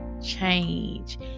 change